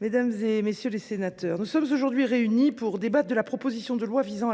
mesdames, messieurs les sénateurs, nous sommes aujourd’hui réunis pour débattre de la proposition de loi créant